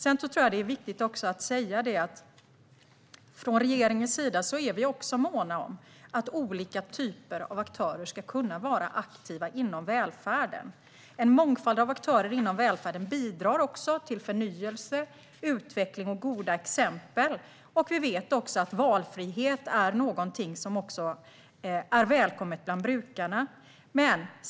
Det är även viktigt att säga att vi från regeringens sida också är måna om att olika typer av aktörer ska kunna vara aktiva inom välfärden. En mångfald av aktörer inom välfärden bidrar till förnyelse, utveckling och goda exempel, och vi vet också att valfrihet är någonting som är välkommet bland brukarna.